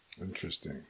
Interesting